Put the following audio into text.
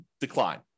decline